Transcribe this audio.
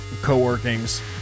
co-workings